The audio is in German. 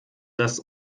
das